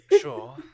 Sure